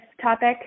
topic